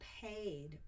paid